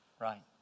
Right